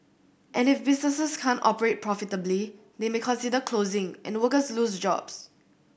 and if businesses can't operate profitably they may consider closing and workers lose jobs